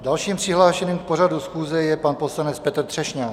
Dalším přihlášeným k pořadu schůze je pan poslanec Petr Třešňák.